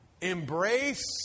embrace